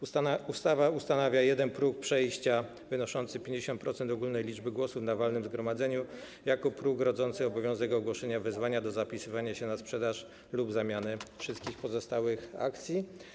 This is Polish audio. Ustawa ustanawia jeden próg przejścia wynoszący 50% ogólnej liczby głosów na walnym zgromadzeniu jako próg rodzący obowiązek ogłoszenia wezwania do zapisywania się na sprzedaż lub zamianę wszystkich pozostałych akcji.